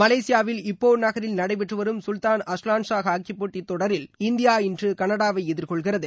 மலேசியாவில் இபோ நகரில் நடைபெற்று வரும் சுல்தான் அஸ்லான்ஷா ஹாக்கி போட்டி தொடரில் இந்தியா இன்று கனடாவை எதிர்கொள்கிறது